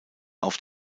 auf